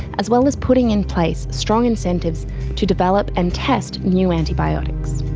as well as putting in place strong incentives to develop and test new antibiotics.